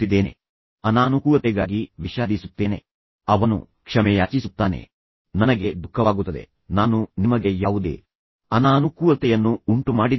ಯಾವುದೇ ಅನಾನುಕೂಲತೆಗಾಗಿ ನಾನು ವಿಷಾದಿಸುತ್ತೇನೆ ಅವನು ಕ್ಷಮೆಯಾಚಿಸುತ್ತಾನೆ ಆದ್ದರಿಂದ ನನಗೆ ದುಃಖವಾಗುತ್ತದೆ ನಾನು ನಿಮಗೆ ಯಾವುದೇ ಅನಾನುಕೂಲತೆಯನ್ನು ಉಂಟು ಮಾಡಿದ್ದಕ್ಕಾಗಿ